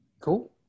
Cool